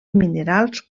minerals